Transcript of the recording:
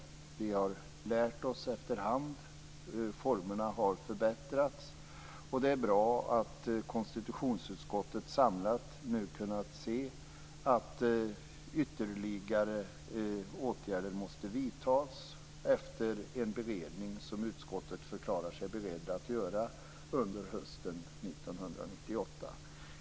Vi har lärt oss efter hand. Formerna har förbättrats. Det är bra att konstitutionsutskottet nu samlat har kunnat se att ytterligare åtgärder måste vidtas efter en beredning som utskottet förklarar sig berett att göra under hösten 1998.